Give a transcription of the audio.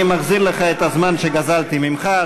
אני מחזיר לך את הזמן שגזלתי ממך,